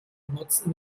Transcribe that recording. benutzen